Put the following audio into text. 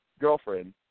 girlfriend